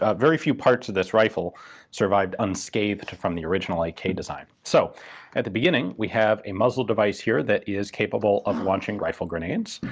ah very few parts of this rifle survived unscathed from the original ak design. so at the beginning we have a muzzle device here that is capable of launching rifle grenades.